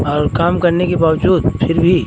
और काम करने के बावज़ूद फिर भी